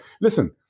Listen